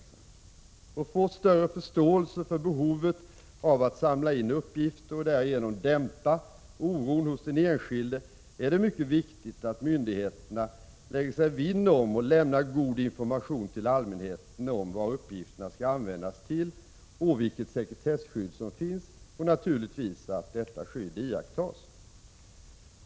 För att få större förståelse för behovet av att samla in uppgifter och därigenom dämpa oron hos den enskilde är det mycket viktigt att myndigheterna lägger sig vinn om att lämna god information till allmänheten om vad uppgifterna skall användas till och vilket sekretesskydd som finns och naturligtvis att detta skydd iakttas.